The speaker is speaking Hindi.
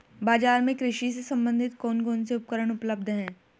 बाजार में कृषि से संबंधित कौन कौन से उपकरण उपलब्ध है?